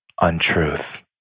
untruth